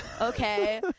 okay